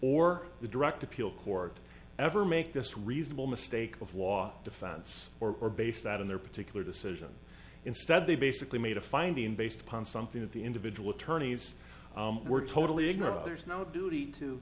or the direct appeal court ever make this reasonable mistake of law defense or base that in their particular decision instead they basically made a finding based upon something that the individual attorneys were totally ignorant there's no duty to